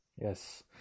yes